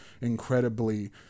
incredibly